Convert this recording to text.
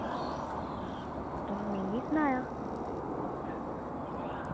तुसैं मि निं सनाया